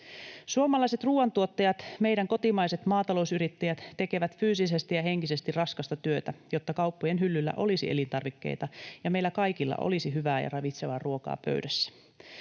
Suomalaiset ruoantuottajat, meidän kotimaiset maatalousyrittäjät, tekevät fyysisesti ja henkisesti raskasta työtä, jotta kauppojen hyllyllä olisi elintarvikkeita ja meillä kaikilla olisi hyvää ja ravitsevaa ruokaa pöydässä.